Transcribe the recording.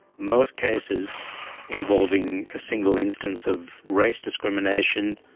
most cases involving a single instance of race discrimination,